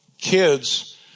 kids